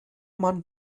man